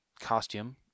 costume